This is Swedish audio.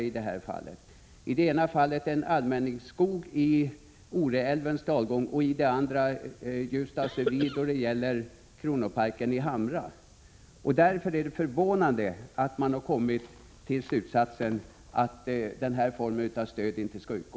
I ena fallet gällde det en allmänningsskog i Oreälvens dalgång och i det andra Ljusdals revir angående kronoparken i Hamra. Därför är det förvånande att man har kommit till slutsatsen att något stöd inte skall utgå.